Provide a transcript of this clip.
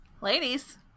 Ladies